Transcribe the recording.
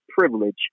privilege